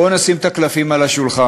בואו נשים את הקלפים על השולחן: